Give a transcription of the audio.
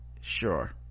sure